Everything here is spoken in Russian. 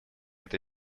это